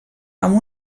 amb